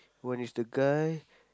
one is the guy